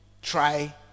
try